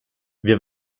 wir